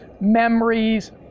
memories